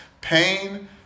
Pain